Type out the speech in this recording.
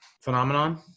phenomenon